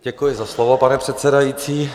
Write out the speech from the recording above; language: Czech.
Děkuji za slovo, pane předsedající.